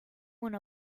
want